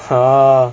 orh